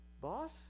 boss